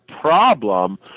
problem